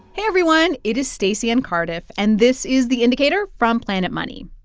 everyone. it is stacey and cardiff. and this is the indicator from planet money.